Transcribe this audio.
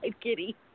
kitty